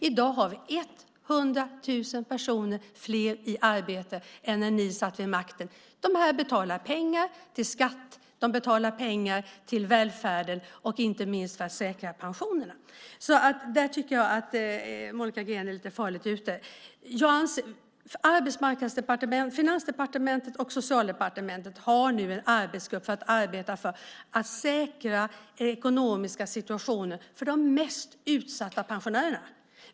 I dag har vi 100 000 personer fler i arbete än när ni satt vid makten. Dessa personer betalar pengar, skatt. De betalar pengar till välfärden och inte minst för att säkra pensionerna. Där tycker jag alltså att Monica Green är lite farligt ute. Finansdepartementet och Socialdepartementet har nu en arbetsgrupp för att arbeta för att säkra den ekonomiska situationen för de mest utsatta pensionärerna.